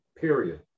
period